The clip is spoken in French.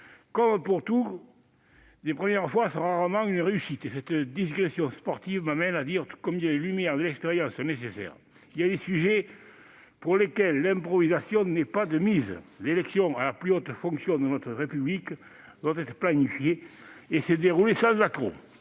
Comme pour tout, les premières fois sont rarement une réussite, et cette digression sportive me conduit à dire combien les lumières de l'expérience sont nécessaires. Il y a des sujets pour lesquels l'improvisation n'est pas de mise : l'élection à la plus haute fonction de notre République doit être planifiée et se dérouler sans accroc.